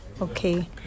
Okay